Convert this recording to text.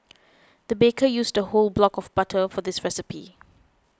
the baker used a whole block of butter for this recipe